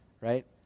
right